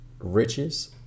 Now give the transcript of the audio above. riches